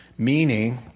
meaning